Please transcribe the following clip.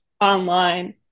online